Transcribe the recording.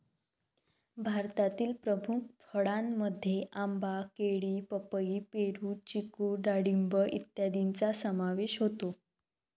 भारतातील प्रमुख फळांमध्ये आंबा, केळी, पपई, पेरू, चिकू डाळिंब इत्यादींचा समावेश होतो